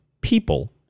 people